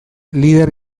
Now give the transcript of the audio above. lider